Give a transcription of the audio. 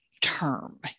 term